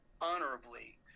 honorably